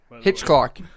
Hitchcock